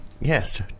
Yes